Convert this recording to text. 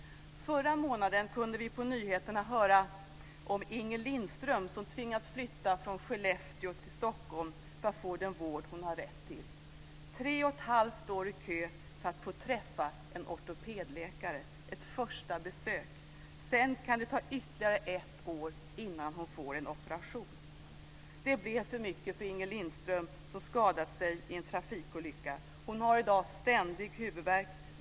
Förra månaden kunde vi på nyheterna höra om Inger Lindström som tvingats flytta från Skellefteå till Stockholm för att få den vård som hon har rätt till. Hon hade stått tre och ett halvt år i kö för att få träffa en ortoped, ett första besök. Sedan kunde det ta ytterligare ett år innan hon fick en operation. Det blev för mycket för Inger Lindström, som skadat sig i en trafikolycka. Hon har i dag ständig huvudvärk.